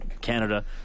Canada